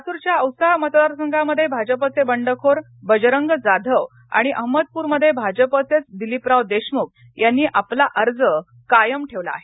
लातूरच्या औसा मतदारसंघामध्ये भाजपचे बंडखोर बजरंग जाधव आणि अहमदपूरमध्ये भाजपाचेच दिलीपराव देशमुख यांनी आपला अर्ज कायम ठेवला आहे